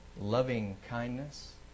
loving-kindness